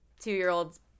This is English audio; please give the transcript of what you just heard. two-year-old's